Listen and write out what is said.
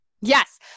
Yes